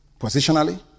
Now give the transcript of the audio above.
positionally